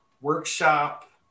workshop